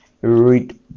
read